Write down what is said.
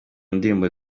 ndirimbo